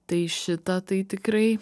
tai šitą tai tikrai